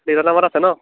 দেউতাৰ নামাৰ আছে ন